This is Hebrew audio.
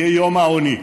יהיה יום העוני.